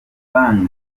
banki